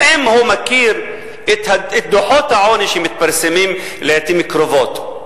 האם הוא מכיר את דוחות העוני שמתפרסמים לעתים קרובות,